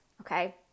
okay